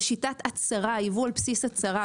בשיטת ייבוא על בסיס הצהרה,